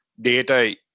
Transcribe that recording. data